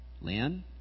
Lynn